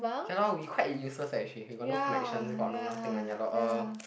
yalor we quite a useless leh as she got no connection got nothing when you are log off